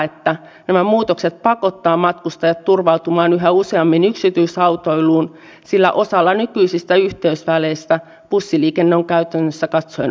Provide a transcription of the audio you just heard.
välikysymyksessä vedotaan monta kertaa puolueettomuuteen ja annetaan ymmärtää että olisi väärin tehdä poliittisia päätöksiä poliittisten tarkoitusperien pohjalta